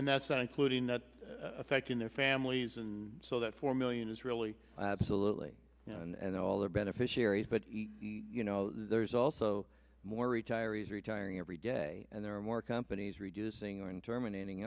and that's not including that affecting their families and so that four million is really absolutely you know and all the beneficiaries but you know there's also more retirees retiring every day and there are more companies reducing and terminating